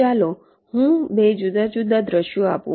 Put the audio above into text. ચાલો હું 2 જુદા જુદા દૃશ્યો આપું